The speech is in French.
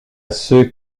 ceux